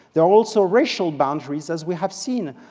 there are also racial boundaries, as we have seen,